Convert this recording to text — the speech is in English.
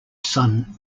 son